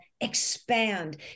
expand